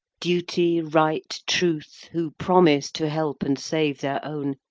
duty, right, truth, who promised to help and save their own,